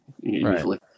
usually